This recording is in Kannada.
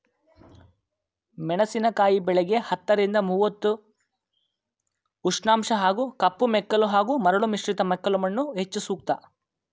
ಮೆಣಸಿನಕಾಯಿ ಬೆಳೆಗೆ ಹತ್ತರಿಂದ ಮೂವತ್ತು ಸೆ ಉಷ್ಣಾಂಶ ಹಾಗೂ ಕಪ್ಪುಮೆಕ್ಕಲು ಹಾಗೂ ಮರಳು ಮಿಶ್ರಿತ ಮೆಕ್ಕಲುಮಣ್ಣು ಹೆಚ್ಚು ಸೂಕ್ತ